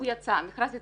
הוא יצא, המכרז התפרסם,